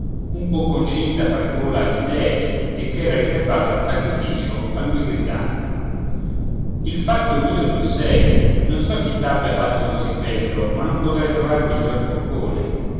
un bocconcin da far gola agli dèi e ch'era riservato al sacrificio a lui gridando il fatto mio tu sei non so chi t'abbia fatto così bello ma non potrei trovar miglior boccone